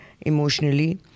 emotionally